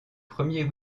premier